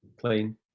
Clean